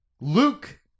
Luke